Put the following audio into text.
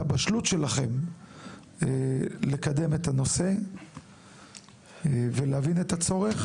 הבשלות שלכם לקדם את הנושא ולהבין את הצורך,